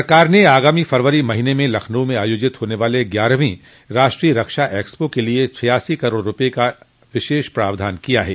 सरकार ने आगामी फरवरी माह में लखनऊ में आयोजित होने वाले ग्यारहवें राष्ट्रीय रक्षा एक्सपो के लिये छियासी करोड़ रूपये का विशेष प्रावधान किया है